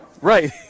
Right